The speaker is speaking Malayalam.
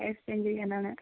എക്സ്ചേഞ്ച് ചെയ്യാൻ ആണ്